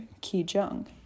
Ki-jung